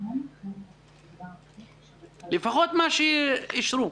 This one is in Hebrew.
לפחות מה שאישרו.